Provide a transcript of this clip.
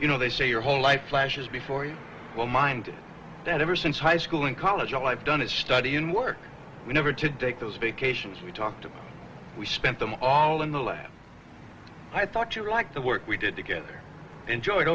you know they say your whole life flashes before your mind that ever since high school in college all i've done is study in work never to date those vacations we talked we spent them all in the lab i thought you liked the work we did together enjoyed